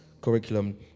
curriculum